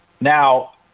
Now